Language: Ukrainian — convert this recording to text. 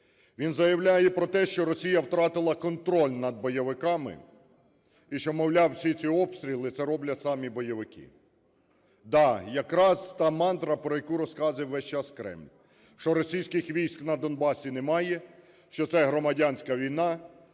Він заявляє про те, що Росія втратила контроль над бойовиками і що, мовляв, всі ці обстріли – це роблять самі бойовики. Да, якраз та мантра, про яку розказує весь час Кремль, що російських військ на Донбасі немає, що це – громадянська війна,